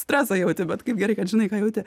stresą jauti bet kaip gerai kad žinai ką jauti